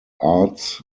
arts